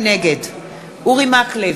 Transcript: נגד אורי מקלב,